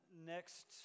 Next